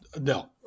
no